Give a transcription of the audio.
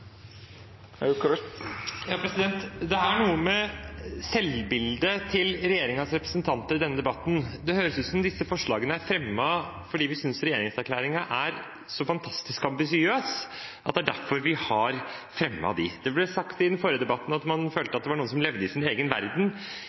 Det er noe med selvbildet til regjeringens representanter i denne debatten. Det høres ut som om disse forslagene er fremmet fordi vi synes regjeringserklæringen er så fantastisk ambisiøs – at det er derfor vi har fremmet dem. Det ble sagt i den forrige debatten at man følte det var noen som levde i sin egen verden.